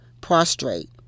prostrate